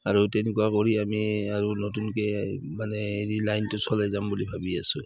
আৰু তেনেকুৱা কৰি আমি আৰু নতুনকে মানে হেৰি লাইনটো চলাই যাম বুলি ভাবি আছোঁ